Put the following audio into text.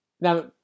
Now